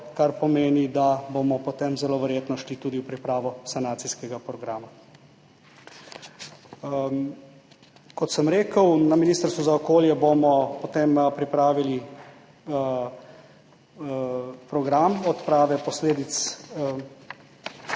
kar pomeni, da bomo potem zelo verjetno šli tudi v pripravo sanacijskega programa. Kot sem rekel, na Ministrstvu za okolje in prostor bomo potem pripravili program odprave posledic,